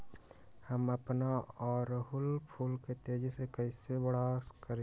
हम अपना ओरहूल फूल के तेजी से कई से बड़ा करी?